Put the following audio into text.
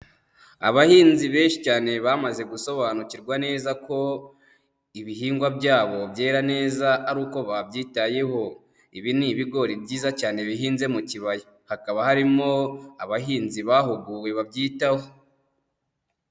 Abahinzi benshi cyane bamaze gusobanukirwa neza ko ibihingwa byabo byera neza ari uko babyitayeho, ibi ni ibigori byiza cyane bihinze mu kibaya, hakaba harimo abahinzi bahuguwe babyitaho.